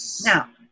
Now